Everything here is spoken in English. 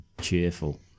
cheerful